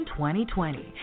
2020